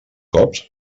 cops